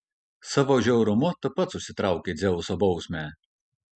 savo žiaurumu tu pats užsitraukei dzeuso bausmę